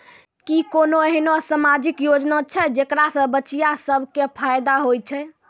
कि कोनो एहनो समाजिक योजना छै जेकरा से बचिया सभ के फायदा होय छै?